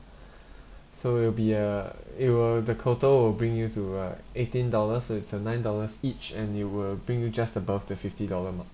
so it'll be a it will the total will bring you to uh eighteen dollars it's uh nine dollars each and it'll will bring you just above the fifty dollar mark